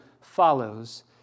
follows